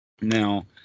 Now